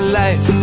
life